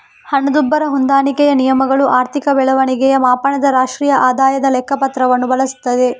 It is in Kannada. ಹಣದುಬ್ಬರ ಹೊಂದಾಣಿಕೆಯ ನಿಯಮಗಳು ಆರ್ಥಿಕ ಬೆಳವಣಿಗೆಯ ಮಾಪನದ ರಾಷ್ಟ್ರೀಯ ಆದಾಯದ ಲೆಕ್ಕ ಪತ್ರವನ್ನು ಬಳಸುತ್ತದೆ